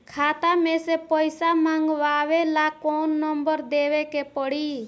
खाता मे से पईसा मँगवावे ला कौन नंबर देवे के पड़ी?